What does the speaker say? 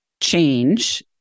change